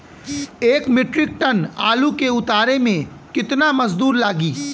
एक metric ton आलू के उतारे मे कितना मजदूर लागि?